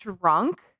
drunk